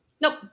Nope